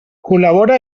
col·labora